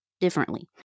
differently